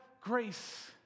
grace